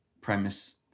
premise